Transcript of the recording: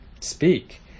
speak